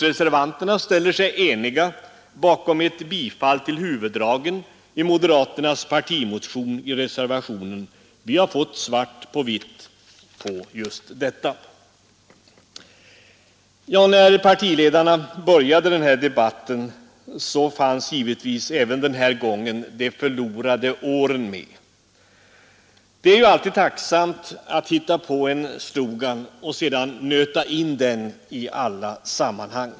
Reservanterna ställer sig eniga bakom huvuddragen i moderaternas partimotion. I reservationen har vi fått svart på vitt på just detta. När partiledarna började den här debatten fanns givetvis även den här gången ”de förlorade åren” med. Det är ju alltid tacksamt att hitta på en slogan och sedan nöta in den i alla sammanhang.